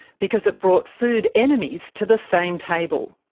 because it brought food enemies to the same table.